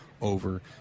over